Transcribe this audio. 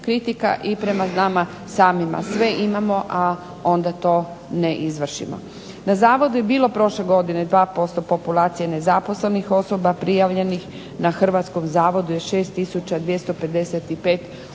kritika i prema nama samima. Sve imamo, a onda to ne izvršimo. Na Zavodu je bilo prošle godine 2% populacije nezaposlenih osoba, prijavljenih na Hrvatskom zavodu je 6255